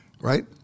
right